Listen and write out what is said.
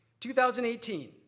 2018